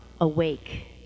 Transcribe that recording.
awake